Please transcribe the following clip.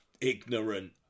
ignorant